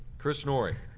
chris norrie.